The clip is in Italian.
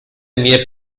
mie